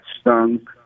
stung